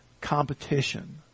competition